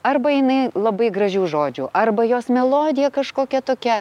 arba jinai labai gražių žodžių arba jos melodija kažkokia tokia